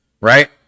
Right